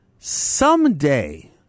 someday